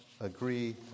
agree